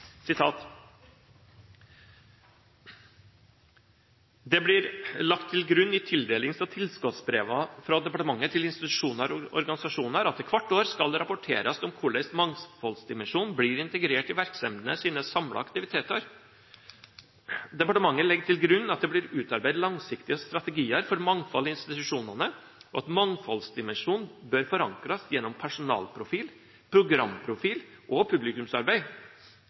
blir lagt til grunn i tildelings- og tilskotsbreva frå departementet til institusjonar og organisasjonar at det kvart år skal rapporterast om korleis mangfaldsdimensjonen blir integrert i verksemdene sine samla aktivitetar. Departementet legg til grunn at det blir utarbeidd langsiktige strategiar for mangfald i institusjonane og at mangfaldsdimensjonen bør forankrast gjennom personalprofil, programprofil og publikumsarbeid.